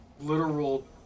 literal